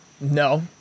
No